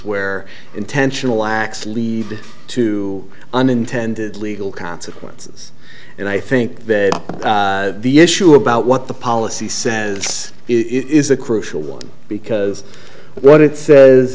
where intentional acts lead to unintended legal consequences and i think that the issue about what the policy says is a crucial because what it says